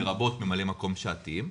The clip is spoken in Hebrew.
לרבות ממלאי מקום שעתיים,